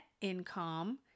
income